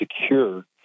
secure